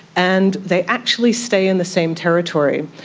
and they actually stay in the same territory.